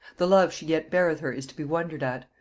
the love she yet beareth her is to be wondered at.